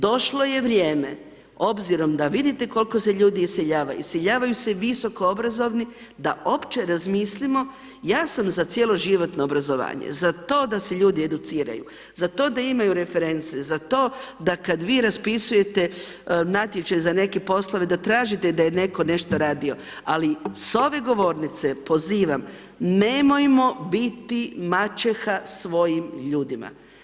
Došlo je vrijeme obzirom da vidite koliko se ljudi iseljavaju, iseljavaju se visoko obrazovani da opće razmislimo, ja sam za cjeloživotno obrazovanje, za to da se ljudi educiraju, za to da imaju reference, za to da kad vi raspisujete natječaj za neke poslove da tražite da je netko nešto radio, ali s ove govornice pozivam nemojmo biti maheća svojim ljudima.